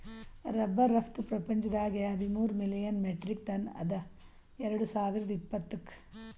rubber ರಫ್ತು ಪ್ರಪಂಚದಾಗೆ ಹದಿಮೂರ್ ಮಿಲಿಯನ್ ಮೆಟ್ರಿಕ್ ಟನ್ ಅದ ಎರಡು ಸಾವಿರ್ದ ಇಪ್ಪತ್ತುಕ್